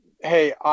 hey